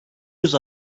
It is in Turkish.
yüz